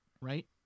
right